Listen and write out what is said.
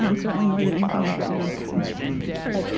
um certainly more than anything i've written on sixteenth century french art.